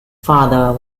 father